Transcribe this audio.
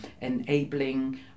enabling